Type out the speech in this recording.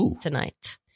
tonight